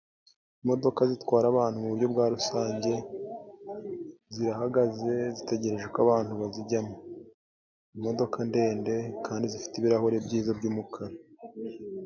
Imodoka zitwara abantu mu buryo bwa rusange, zirahagaze zitegereje ko abantu bazijyamo. Imodoka ndende kandi zifite ibirahure byiza by'umukara.